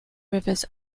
rivers